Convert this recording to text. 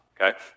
Okay